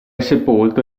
sepolto